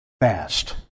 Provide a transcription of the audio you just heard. fast